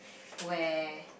where